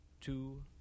two